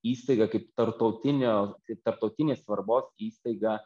įstaiga kaip tarptautinio kaip tarptautinės svarbos įstaiga